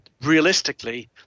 realistically